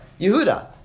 Yehuda